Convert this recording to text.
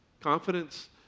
Confidence